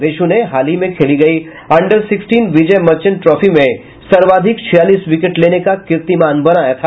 रेशू ने हाल ही में खेली गयी under sixteen Vijay Merchant trophy में सर्वाधिक छियालीस विकेट लेने का कीर्तिमान बनाया था